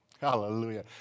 Hallelujah